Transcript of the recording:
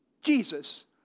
Jesus